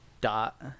dot